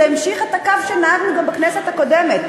זה המשיך את הקו שנהגנו בו גם בכנסת הקודמת.